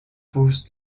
būs